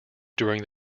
during